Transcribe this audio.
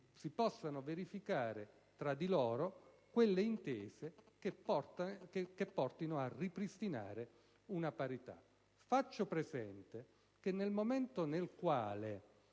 si possano verificare tra loro quelle intese che portino a ripristinare una parità. Faccio presente che, nel momento in cui